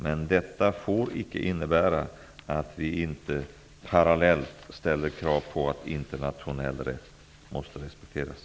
Men detta får icke innebära att vi inte parallellt ställer krav på att internationell rätt måste respekteras.